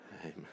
amen